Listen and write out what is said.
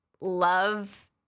love